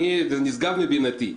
זה נשגב מבינתי,